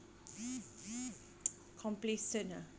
complacent ah